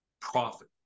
profit